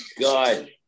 God